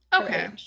okay